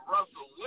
Russell